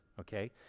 Okay